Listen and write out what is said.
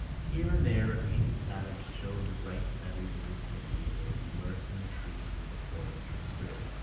here and there a painted savage showed the bright feathers of his headgear as he lurked in the trees of the forest or stood,